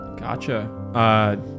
gotcha